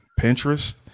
Pinterest